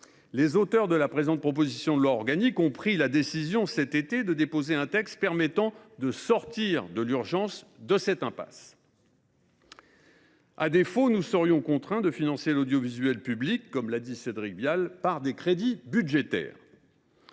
les auteurs de la présente proposition de loi organique ont pris cet été la décision de déposer un texte permettant de sortir de cette impasse dans l’urgence. À défaut, nous serions contraints de financer l’audiovisuel public, comme l’a dit Cédric Vial, par des crédits budgétaires.